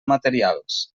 materials